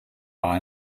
are